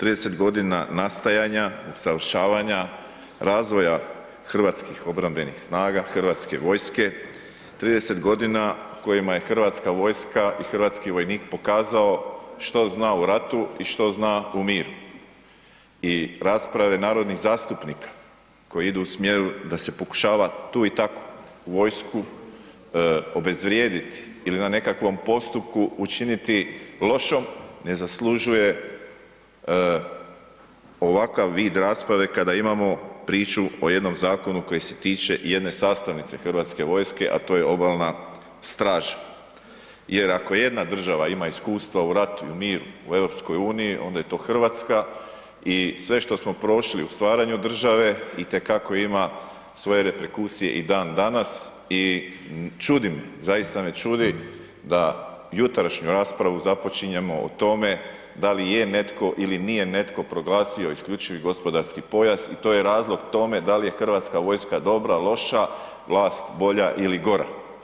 30 godina nastajanja, usavršavanja, razvoja hrvatskih obrambenih snaga, Hrvatske vojske, 30 godina kojima je Hrvatska vojska i hrvatski vojnik pokazao što zna u ratu i što zna i miru i rasprave narodnih zastupnika koji idu u smjeru da se pokušava tu i tako u vojsku obezvrijediti ili na nekakvom postupku učiniti lošom, ne zaslužuje ovakav vid rasprave kada imamo priču o jednom zakonu koji se tiče i jedne sastavnice Hrvatske vojske, a to je Obalna straža jer ako jedna država ima iskustva u ratu i u miru u EU, onda je to Hrvatska i sve što smo prošli u stvaranju države itekako ima svoje reperkusije i dan danas i čudim, zaista me čudi da jutrošnju raspravu započinjemo o tome da li je netko ili nije netko proglasio isključivi gospodarski pojas i to je razlog tome da li je Hrvatska vojska dobra, loša, vlast bolja ili gora.